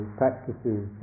practices